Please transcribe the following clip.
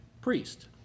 priest